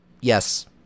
Yes